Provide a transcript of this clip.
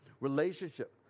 relationship